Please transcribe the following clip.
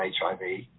HIV